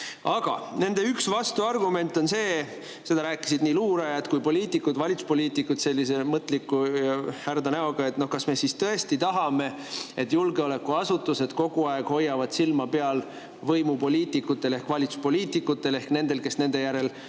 Aga nende üks vastuargument on see – seda rääkisid nii luurajad kui ka poliitikud, valitsuspoliitikud, sellise mõtliku ja härda näoga –, et kas me siis tõesti tahame, et julgeolekuasutused kogu aeg hoiavad silma peal võimupoliitikutel ehk valitsuspoliitikutel ehk nendel, kes nende üle